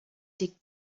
dig